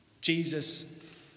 Jesus